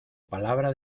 palabra